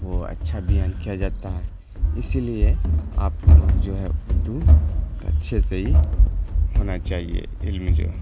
وہ اچھا بیان کیا جاتا ہے اسی لیے آپ لوگ جو ہے اردو اچھے سے ہی ہونا چاہیے علم جو ہے